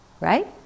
Right